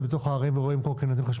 בתוך הערים ורואים קורקינטים חשמליים?